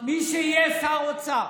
מי שיהיה שר אוצר,